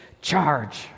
charge